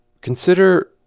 Consider